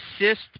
assist